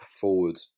forward